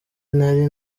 nari